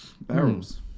Barrels